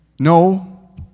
No